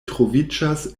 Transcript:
troviĝas